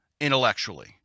intellectually